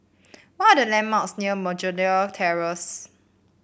what are the landmarks near Begonia Terrace